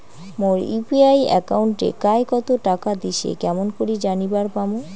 মোর UPI একাউন্টে কায় কতো টাকা দিসে কেমন করে জানিবার পামু?